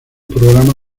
programa